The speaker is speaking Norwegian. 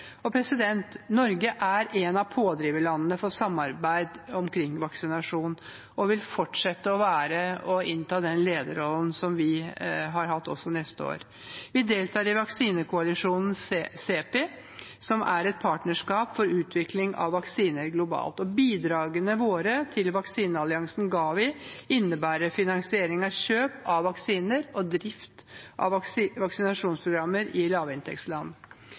Norge er et av pådriverlandene for samarbeid om vaksinasjon og vil fortsette å ha den lederrollen vi har hatt, også neste år. Vi deltar i vaksinekoalisjonen CEPI, som er et partnerskap for utvikling av vaksiner globalt. Bidragene våre til vaksinealliansen Gavi innebærer finansieringen av kjøp av vaksiner og drift av vaksinasjonsprogrammer i lavinntektsland.